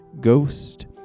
Ghost